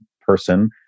person